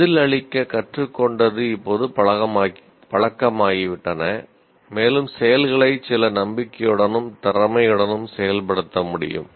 பதிலளிக்க கற்றுக்கொண்டது இப்போது பழக்கமாகிவிட்டன மேலும் செயல்களை சில நம்பிக்கையுடனும் திறமையுடனும் செயற்படுத்த முடியும்